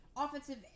Offensive